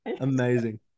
Amazing